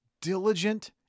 diligent